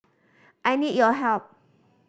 I need your help